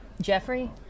Jeffrey